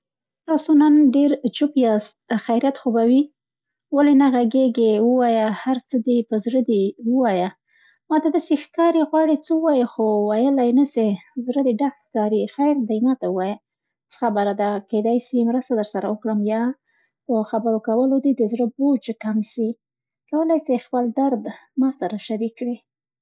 تاسو نن ډېر چوپ یاست، خیریت خو به وي؟ ولې نه غږېږې، ووایه، هر څه دې په زړه دي ووایه. ماته داسې ښکاري، غواړې څه ووایې خو ویللای نه سې، زړه دې ډک ښکاري، خیر دی ماته ووایه څه خبره ده. کیدای سي مرسته درسره وکړم او یا په خبرو کولو دې د زړه بوج کم سي. کولای سې خپل درد دې ماسره شریک کړې؟